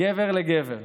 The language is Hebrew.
גבר לגבר,